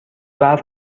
برف